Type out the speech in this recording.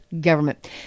government